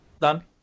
done